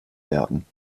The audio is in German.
werden